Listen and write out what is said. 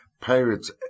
pirates